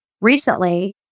recently